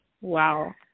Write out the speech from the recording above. wow